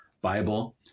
Bible